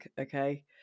okay